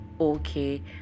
okay